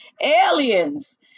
Aliens